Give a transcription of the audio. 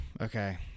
Okay